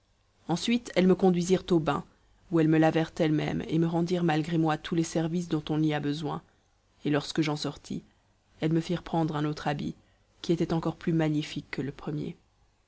ensuite elles me conduisirent au bain où elles me lavèrent elles-mêmes et me rendirent malgré moi tous les services dont on y a besoin et lorsque j'en sortis elles me firent prendre un autre habit qui était encore plus magnifique que le premier